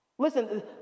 Listen